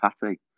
patty